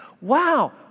wow